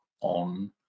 on